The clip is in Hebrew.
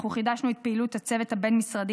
אנחנו חידשנו את פעילות הצוות הבין-משרדי